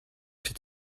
could